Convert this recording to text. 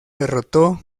derrotó